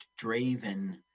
Draven